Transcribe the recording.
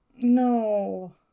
No